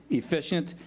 efficient,